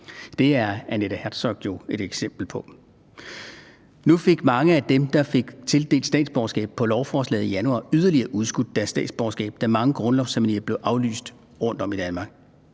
Det er Annette Herzog jo et eksempel på. Nu fik mange af dem, der fik tildelt statsborgerskab på lovforslaget i januar, yderligere udskudt deres statsborgerskab, da mange grundlovsceremonier blev aflyst rundtom i Danmark,